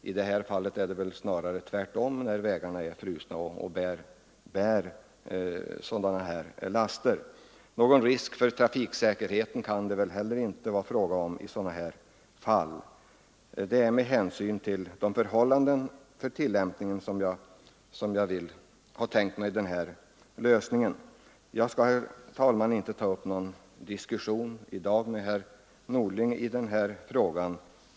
I det här fallet är det snarare tvärtom — när vägarna är frusna och bär sådana här stora laster. Någon risk för trafiksäkerheten kan det inte heller vara fråga om. Det är med hänsyn till de faktiska svårigheterna att bedöma vikten samt energioch fraktkostnadsproblemen som jag har tänkt mig den lösning, som jag skisserat och som är praktiserad och enkel. Jag skall, herr talman, inte i dag ta upp någon diskussion med herr Norling i den här frågan.